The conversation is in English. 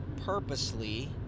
purposely